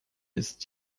ist